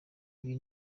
ibi